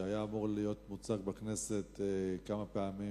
שהיה אמור להיות מוצג בכנסת כמה פעמים